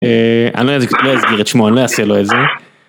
אני לא אני לא אזכיר את שמו, אני לא אעשה לו את זה.